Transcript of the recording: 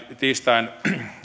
tiistaiyönä